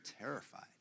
terrified